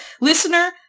listener